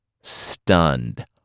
stunned